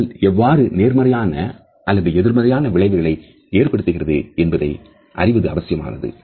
தொடுதல் எவ்வாறு நேர்மறையான அல்லது எதிர்மறையான விளைவுகளை ஏற்படுத்துகிறது என்பதை அறிவது அவசியமானது